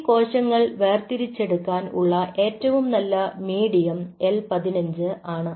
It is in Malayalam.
ഈ കോശങ്ങൾ വേർതിരിച്ചെടുക്കാൻ ഉള്ള ഏറ്റവും നല്ല മീഡിയം L 15 ആണ്